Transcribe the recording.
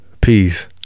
Peace